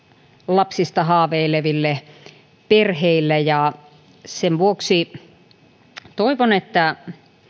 lapsista haaveileville perheille ja sen vuoksi toivon että